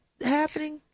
happening